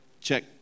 check